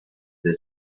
the